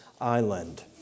island